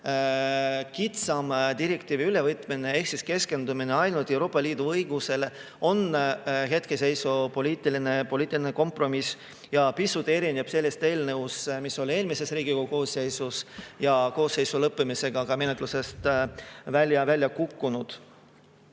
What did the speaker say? kitsam direktiivi ülevõtmine ehk keskendumine ainult Euroopa Liidu õigusele on hetkeseisu poliitiline kompromiss ja eelnõu erineb pisut sellest eelnõust, mis oli eelmises Riigikogu koosseisus ja koosseisu lõppemisega menetlusest välja kukkus.